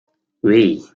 oui